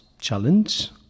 challenge